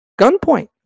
gunpoint